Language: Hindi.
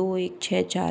दो एक छ चार है